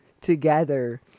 together